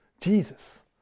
jesus